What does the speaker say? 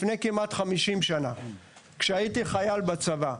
לפני כמעט 50 שנה כשהייתי חייל בצבא.